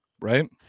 Right